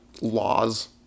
laws